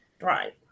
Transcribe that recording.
right